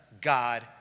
God